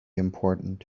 important